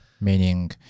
meaning